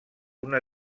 una